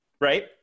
Right